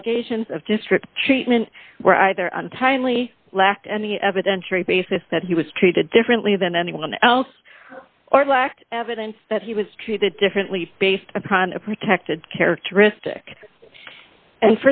allegations of district treatment were either untimely lacked any evidentiary basis that he was treated differently than anyone else or lacked evidence that he was treated differently based upon a protected characteristic and